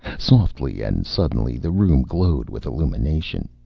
softly and suddenly the room glowed with illumination.